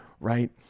right